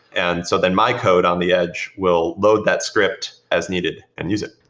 and so then my code on the edge will load that script as needed and use it.